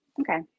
Okay